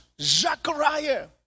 Zechariah